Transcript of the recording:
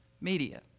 media